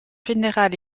général